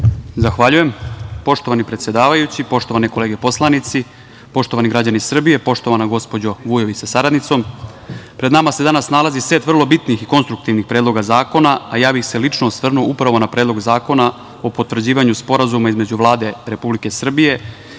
Zahvaljujem. Poštovani predsedavajući, poštovane kolege poslanici, poštovani građani Srbije, poštovana gospođo Vujović sa saradnicom, pred nama se danas nalazi set vrlo bitnih i konstruktivnih predloga zakona, a ja bih se lično osvrnuo upravo na Predlog zakona o potvrđivanju Sporazuma između Vlade Republike Srbije